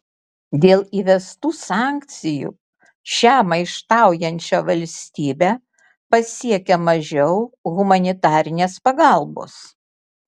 dėl įvestų sankcijų šią maištaujančią valstybę pasiekia mažiau humanitarinės pagalbos